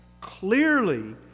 Clearly